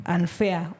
Unfair